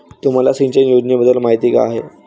तुम्हाला सिंचन योजनेबद्दल माहिती आहे का?